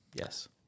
Yes